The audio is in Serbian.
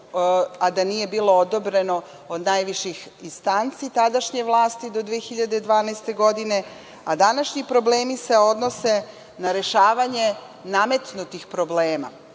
a da nije bilo odobreno od najviših instanci tadašnje vlasti do 2012. godine. Današnji problemi se odnose na rešavanje nametnutih problema.